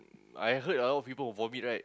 I heard a lot of people who vomit right